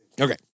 Okay